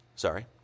Sorry